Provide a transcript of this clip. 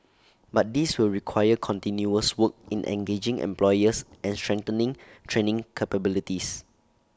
but this will require continuous work in engaging employers and strengthening training capabilities